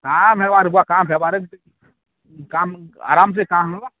କାମ୍ ହେବାର କାମ୍ ହେବାରେ କାମ୍ ଆରମ୍ସେ କାମ୍ ହେବା